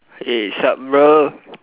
eh sup bro